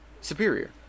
Superior